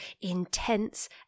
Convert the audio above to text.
intense